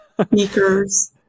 speakers